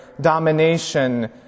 domination